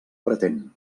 pretén